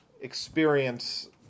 experience